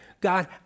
God